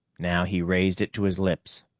now he raised it to his lips,